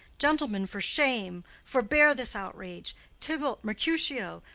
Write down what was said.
gentlemen, for shame! forbear this outrage tybalt, mercutio,